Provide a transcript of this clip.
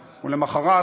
ולמחרת,